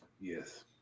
yes